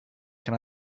can